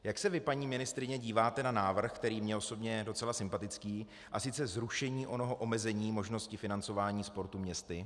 Jak se vy, paní ministryně, díváte na návrh, který mně osobně je docela sympatický, a sice zrušení onoho omezení možnosti financování sportu městy?